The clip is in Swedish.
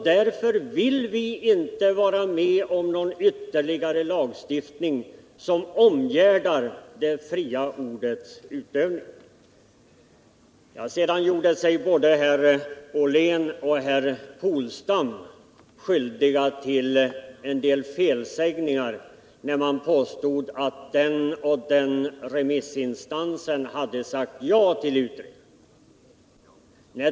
Därför vill vi inte vara med om någon ytterligare lagstiftning som omgärdar det fria ordets utövning. Både herr Ollén och herr Polstam gjorde sig skyldiga till en del felsägningar när de påstod vilka remissinstanser som hade sagt ja till en utredning.